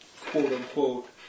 quote-unquote